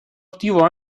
attivo